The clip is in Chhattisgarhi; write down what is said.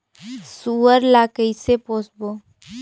सुअर ला कइसे पोसबो?